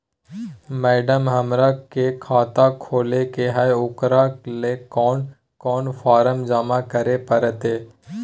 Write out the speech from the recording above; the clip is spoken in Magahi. मैडम, हमरा के खाता खोले के है उकरा ले कौन कौन फारम जमा करे परते?